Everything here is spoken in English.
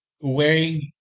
wearing